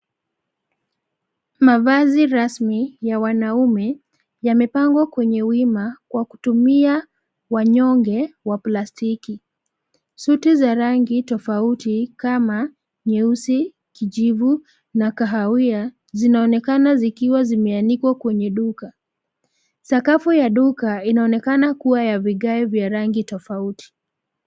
Mavazi rasmi, ya wanaume, yamepangwa kwenye wima, kwa kutumia, wanyonge wa plastiki, suti za rangi tofauti kama, nyeusi, kijivu, na kahawia, zinaonekana zikiwa zimeanikwa kwenye duka, sakafu ya duka inaonekana kuwa ya vigae vya rangi tofauti.